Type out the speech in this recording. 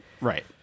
right